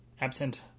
Absent